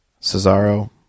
Cesaro